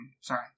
sorry